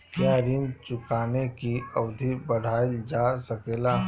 क्या ऋण चुकाने की अवधि बढ़ाईल जा सकेला?